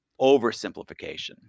oversimplification